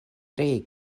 ree